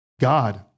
God